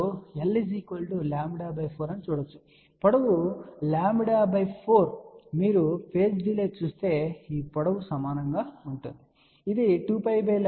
కాబట్టి పొడవు λ 4 మీరు పేజ్ డిలే చూస్తే ఈ పొడవు సమానంగా ఉంటుంది ఇది 2 λ 4కు సమానం